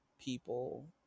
people